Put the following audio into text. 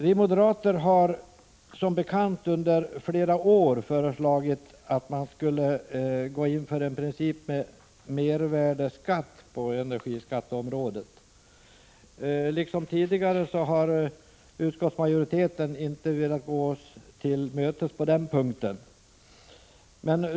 Vi moderater har som bekant under flera år föreslagit att man skulle gå in för en princip med mervärdeskatt på energiskatteområdet. Liksom tidigare har utskottsmajoriteten inte velat gå oss till mötes på den punkten.